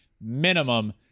minimum